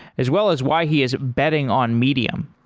as well as why he is betting on medium.